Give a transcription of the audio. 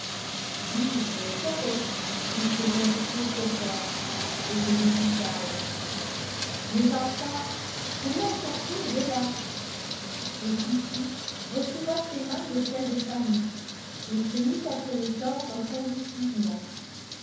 oui je le serais puisque je ne sais que faire et que je suis calme mais enfin comment sortir de là et kitty retira ses mains de celles de fanny et se mit à se les tordre convulsivement